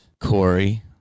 Corey